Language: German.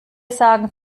sagen